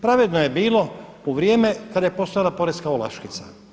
Pravedno je bilo u vrijeme kada je postojala porezna olakšica.